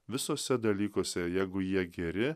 visuose dalykuose jeigu jie geri